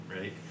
right